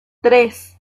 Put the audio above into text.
tres